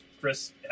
Chris